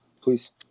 please